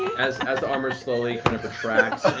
as as the armor slowly kind of retracts